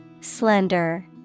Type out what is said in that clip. Slender